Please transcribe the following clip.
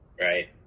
right